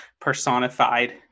personified